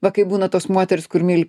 va kaip būna tos moterys kurios myli